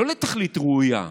לא לתכלית ראויה,